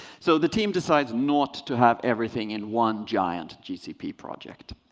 so the team decides not to have everything in one giant gcp project.